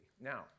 Now